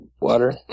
water